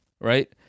right